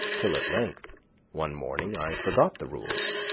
till at length one morning i forgot the rules,